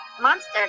Monster